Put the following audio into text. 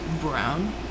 brown